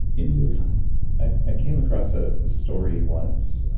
in real time i came across a story once.